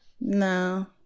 no